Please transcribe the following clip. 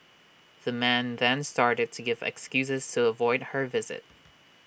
the man then started to give excuses to avoid her visit